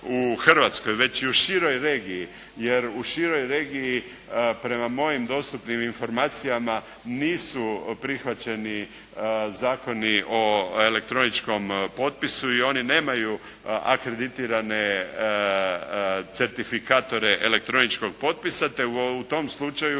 u Hrvatskoj već i u široj regiji, jer u široj regiji prema mojim dostupnim informacijama nisu prihvaćeni Zakoni o elektroničkom potpisu i oni nemaju akreditirane certifikatore elektroničkog potpisa te u tom slučaju